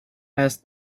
asked